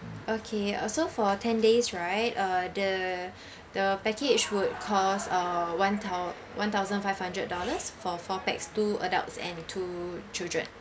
okay uh so for ten days right uh the the package would cost uh one thou~ one thousand five hundred dollars for four pax two adults and two children